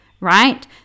right